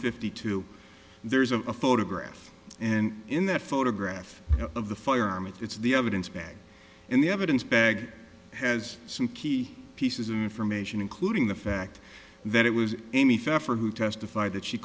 fifty two there's a photograph and in that photograph of the firearm it's the evidence bag and the evidence bag has some key pieces of information including the fact that it was amy pfeffer who testified that she